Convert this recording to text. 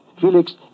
Felix